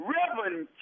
Reverend